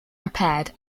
repaired